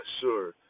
sure